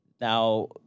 now